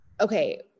Okay